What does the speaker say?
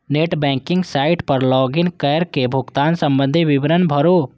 net banking site पर log in कैर के भुगतान संबंधी विवरण भरू